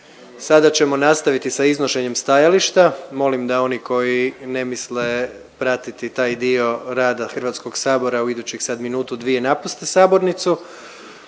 Sada ćemo nastaviti sa iznošenjem stajališta. Molim da oni koji ne misle pratiti taj dio rada Hrvatskog sabora u idućih sad minutu, dvije napuste sabornicu,